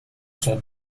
sont